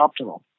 optimal